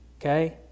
Okay